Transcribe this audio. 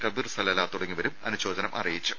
കബീർ സലാല തുടങ്ങിയവരും അനുശോചനം അറിയിച്ചു